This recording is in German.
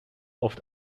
oft